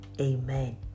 Amen